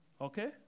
okay